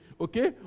okay